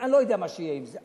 אני לא יודע מה יהיה עם זה.